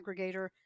aggregator